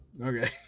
Okay